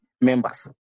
members